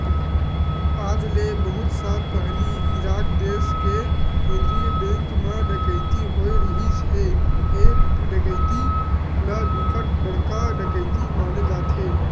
आज ले बहुत साल पहिली इराक देस के केंद्रीय बेंक म डकैती होए रिहिस हे ए डकैती ल बिकट बड़का डकैती माने जाथे